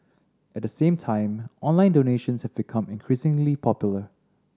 at the same time online donations have become increasingly popular